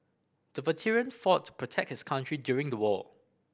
the veteran fought to protect his country during the war